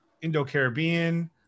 Indo-Caribbean